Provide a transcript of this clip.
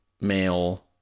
male